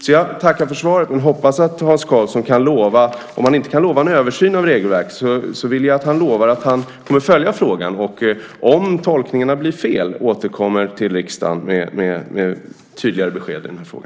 Jag tackar därför för svaret men hoppas att Hans Karlsson, om han inte kan lova en översyn av regelverket, ändå lovar att han kommer att följa frågan och om tolkningarna blir fel återkommer till riksdagen med tydligare besked i denna fråga.